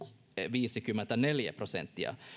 viisikymmentäneljä prosenttia